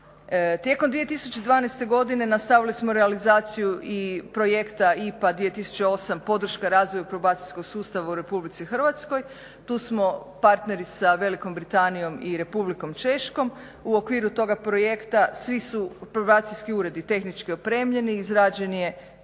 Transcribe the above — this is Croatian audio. Tijekom 2012. godine nastavili smo realizaciju i projekta IPA 2008. Podrška razvoju probacijskog sustava u RH. Tu smo parteri sa Velikom Britanijom i Republikom Češkom. U okviru toga projekta svi su probacijski uredi tehnički opremljeni, izrađen je PIS